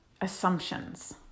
assumptions